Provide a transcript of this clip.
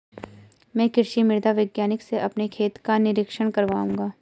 मैं कृषि मृदा वैज्ञानिक से अपने खेत का निरीक्षण कराऊंगा